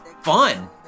Fun